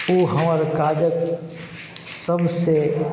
ओ हमर काजक सबसँ